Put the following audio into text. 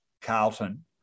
Carlton